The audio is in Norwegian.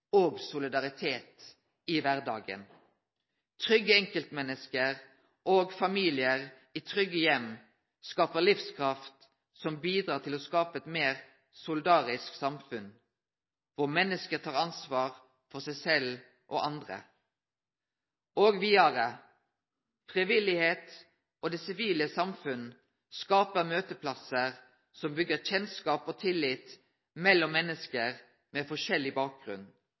og solidaritet i hverdagen. Trygge enkeltmennesker og familier i trygge hjem skaper livskraft som bidrar til å skape et mer solidarisk samfunn, hvor mennesker tar ansvar for seg selv og andre.» Og vidare: «Frivillighet og det sivile samfunn skaper møteplasser som bygger kjennskap og tillit mellom mennesker med forskjellig bakgrunn.